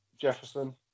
Jefferson